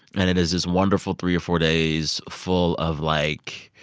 and it is this wonderful three or four days full of, like,